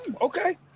Okay